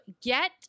get